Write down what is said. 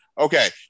Okay